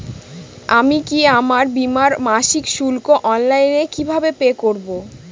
আমি কি আমার বীমার মাসিক শুল্ক অনলাইনে কিভাবে পে করব?